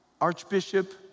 Archbishop